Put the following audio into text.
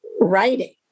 writing